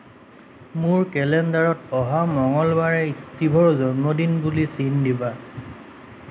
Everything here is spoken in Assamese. মোৰ কেলেণ্ডাৰত অহা মঙ্গলবাৰে ষ্টিভৰ জন্মদিন বুলি চিন দিবা